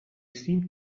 seemed